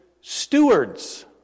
stewards